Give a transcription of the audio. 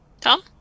tom